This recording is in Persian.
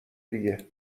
دیگه